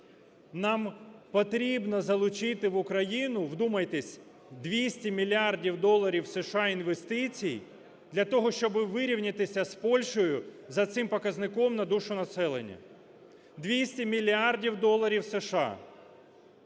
Нам потрібно залучити в Україну, вдумайтесь, 200 мільярдів доларів США інвестицій для того, щоб вирівнятися з Польщею за цим показником на душу населення. 200 мільярдів доларів США.